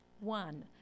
one